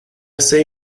say